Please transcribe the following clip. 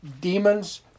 demons